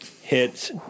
hits